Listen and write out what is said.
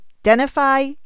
identify